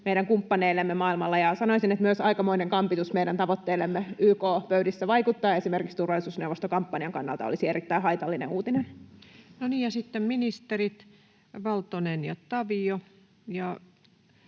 meidän kumppaneillemme maailmalla ja, sanoisin, myös aikamoinen kampitus meidän tavoitteellemme YK-pöydissä vaikuttaa. Esimerkiksi turvallisuusneuvostokampanjan kannalta tämä olisi erittäin haitallinen uutinen. No niin, ja sitten ministerit Valtonen ja Tavio.